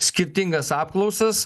skirtingas apklausas